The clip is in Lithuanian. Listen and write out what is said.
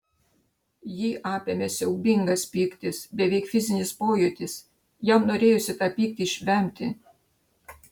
jį apėmė siaubingas pyktis beveik fizinis pojūtis jam norėjosi tą pyktį išvemti